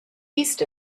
east